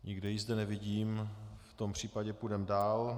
Nikde ji zde nevidím, v tom případě půjdeme dál.